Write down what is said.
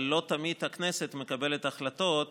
אבל לא תמיד הכנסת מקבלת החלטות